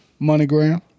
MoneyGram